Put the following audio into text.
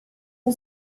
com